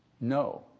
No